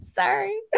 Sorry